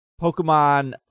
Pokemon